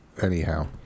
Anyhow